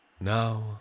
Now